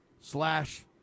slash